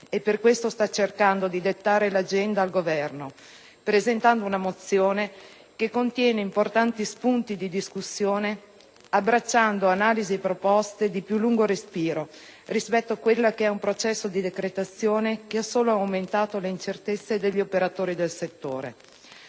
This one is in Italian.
e per questo sta cercando di dettare l'agenda al Governo, presentando una mozione che contiene importanti spunti di discussione e abbracciando analisi e proposte di più lungo respiro rispetto ad un processo di decretazione che ha solo aumentato le incertezze degli operatori del settore.